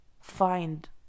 find